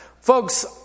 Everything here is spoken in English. Folks